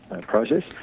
process